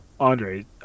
Andre